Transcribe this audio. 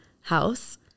house